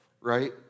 right